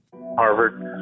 Harvard